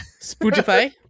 Spotify